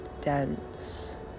dense